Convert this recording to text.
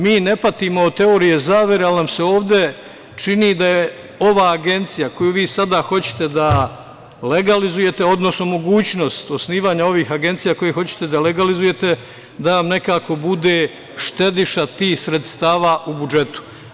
Mi ne patimo od teorije zavere, ali nam se ovde čini da ova agencija koju vi sada hoćete da legalizujete, odnosno mogućnost osnivanje ovih agencija, koje hoćete da legalizujete, da vam nekako bude štediša tih sredstava u budžetu.